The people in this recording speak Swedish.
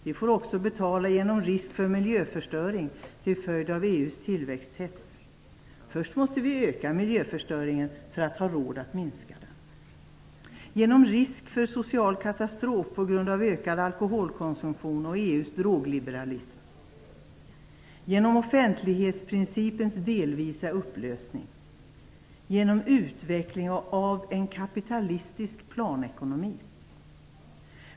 Vi får också betala genom risk för miljöförstöring till följd av EU:s tillväxthets. Först måste vi öka miljöförstöringen för att ha råd att minska den. Genom risk för social katastrof på grund av ökad alkoholkonsumtion och EU:s drogliberalism betalar vi, genom offentlighetsprincipens delvisa upplösning och genom utveckling av en kapitalistisk planekonomi.